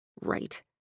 Right